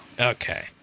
Okay